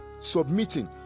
submitting